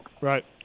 Right